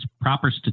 proper